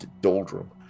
doldrum